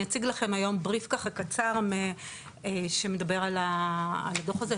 ואני אציג לכם היום בריף קצר שמדבר על הדוח הזה,